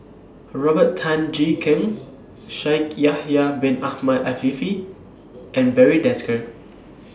Robert Tan Jee Keng Shaikh Yahya Bin Ahmed Afifi and Barry Desker